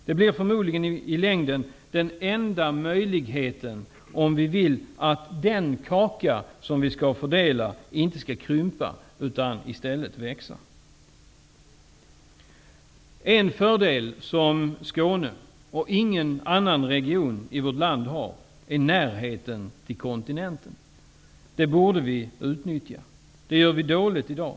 Det blir förmodligen i längden den enda möjligheten om vi vill att den kaka som vi skall fördela inte skall krympa, utan i stället växa. En fördel som Skåne och ingen annan region i vårt land har är närheten till kontinenten. Det borde vi utnyttja. Det gör vi dåligt i dag.